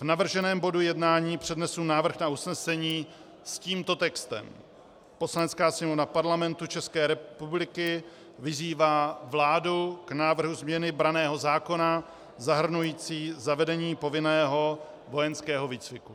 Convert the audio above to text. V navrženém bodu jednání přednesu návrh na usnesení s tímto textem: Poslanecká sněmovna Parlamentu České republiky vyzývá vládu k návrhu změny braného zákona zahrnující zavedení povinného vojenského výcviku.